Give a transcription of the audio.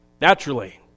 Naturally